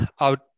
out